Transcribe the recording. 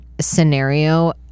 scenario